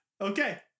Okay